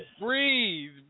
Breathe